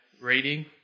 rating